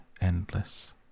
endless